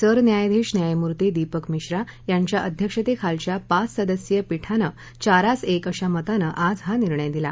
सरन्यायाधीश न्यायमूर्ती दीपक मिश्रा यांच्या अध्यक्षतेखालच्या पाच सदस्यीय पीठाने चारास एक अशा मताने आज हा निर्णय दिला